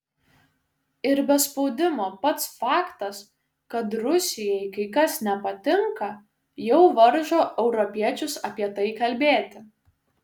ir be spaudimo pats faktas kad rusijai kai kas nepatinka jau varžo europiečius apie tai kalbėti